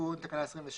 24.תיקון תקנה 27